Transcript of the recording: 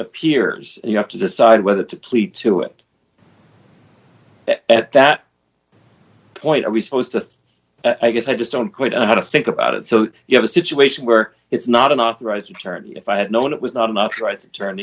appears you have to decide whether to plead to it at that point are we supposed to i guess i just don't quite know how to think about it so you have a situation where it's not an authorized attorney if i had known it was not enough ri